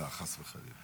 לא, חס וחלילה.